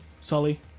Sully